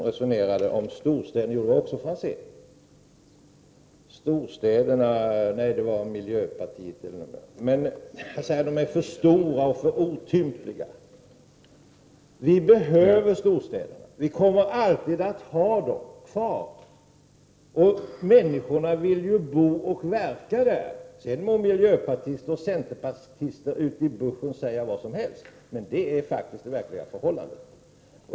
Miljöpartiets företrädare förde ett resonemang om storstäderna. Han menade att de är för stora och för otympliga. Vi behöver storstäderna, och vi kommer alltid att ha dem kvar. Människorna vill ju bo och verka där. Miljöpartister och centerpartister ute i bushen må säga vad som helst, men det är det verkliga förhållandet.